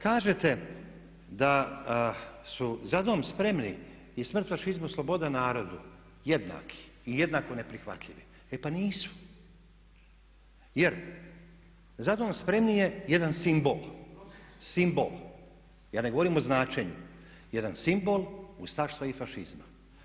Kažete da su "Za dom spremni" i "Smrt fašizmu sloboda narodu" jednaki i jednako neprihvatljivi, e pa nisu jer "Za dom spremni" je jedan simbol, simbol, ja ne govorim o značenju, jedan simbol ustaštva i fašizma.